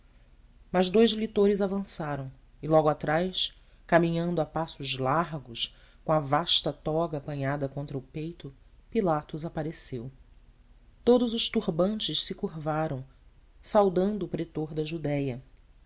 mas dous lictores avançaram e logo atrás caminhando a passos largos com a vasta toga apanhada contra o peito pilatos apareceu todos os turbantes se curvaram saudando o procurador da judéia